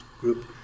group